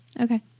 Okay